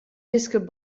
desket